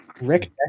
Rick